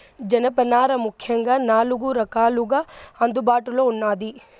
జనపనార ముఖ్యంగా నాలుగు రకాలుగా అందుబాటులో ఉన్నాది